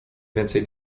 więcej